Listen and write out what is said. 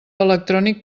electrònic